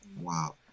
Wow